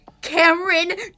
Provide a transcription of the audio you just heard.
Cameron